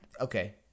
Okay